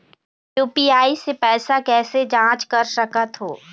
UPI से पैसा कैसे जाँच कर सकत हो?